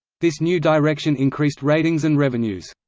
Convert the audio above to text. this new direction increased ratings and revenues.